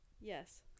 Yes